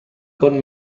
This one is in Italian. con